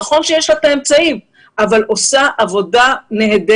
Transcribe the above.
נכון שיש לה את האמצעים אבל היא עושה עבודה נהדרת.